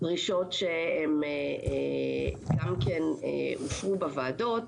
דרישות שהן גם כן היו בוועדות.